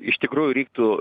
iš tikrųjų reiktų